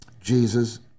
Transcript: Jesus